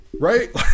Right